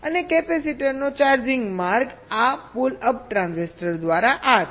અને કેપેસિટરનો ચાર્જિંગ માર્ગ આ પુલ અપ ટ્રાન્ઝિસ્ટર દ્વારા છે